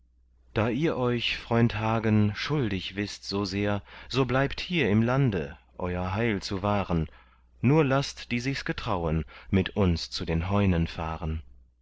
da ihr euch freund hagen schuldig wißt so sehr so bleibt hier im lande euer heil zu wahren nur laßt die sichs getrauen mit uns zu den heunen fahren